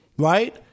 Right